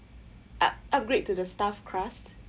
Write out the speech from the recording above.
up~ upgrade to the stuffed crust